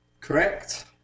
Correct